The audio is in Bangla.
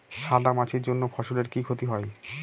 সাদা মাছির জন্য ফসলের কি ক্ষতি হয়?